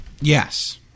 Yes